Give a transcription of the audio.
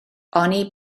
oni